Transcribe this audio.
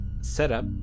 setup